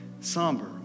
somber